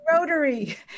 Rotary